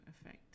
effect